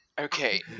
Okay